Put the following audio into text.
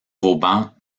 vauban